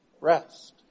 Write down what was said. rest